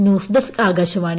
news desk Akashvani